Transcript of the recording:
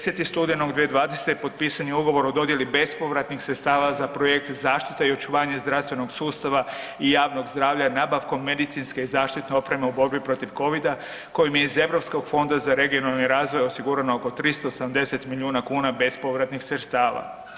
10. studenog 2020. potpisan je Ugovor o dodjeli bespovratnih sredstava za projekt zaštita i očuvanje zdravstvenog sustava i javnog zdravlja nabavkom medicinske i zaštitne opreme u borbi protiv Covida kojim je iz europskog Fonda za regionalni razvoj osigurano oko 370 milijuna kuna bespovratnih sredstava.